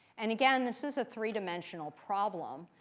and again, this is a three dimensional problem.